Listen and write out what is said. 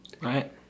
Right